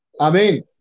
Amen